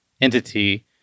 entity